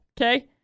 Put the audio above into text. Okay